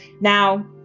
Now